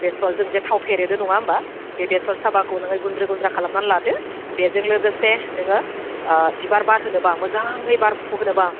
बेसर जों जे थाव सेरेजे नङा होनबा बे बेसर साबाखौ नोङो गुन्दै गुन्द्रा खालामनानै लादो बेजों लोगोसे नोङो बिबार बारहोनो बा मोजाङै बारफु होनोबा